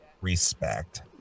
respect